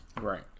right